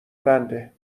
بنده